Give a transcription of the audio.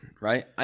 right